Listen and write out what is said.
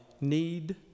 need